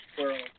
world